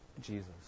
Jesus